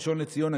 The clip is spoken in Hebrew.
הראשון לציון,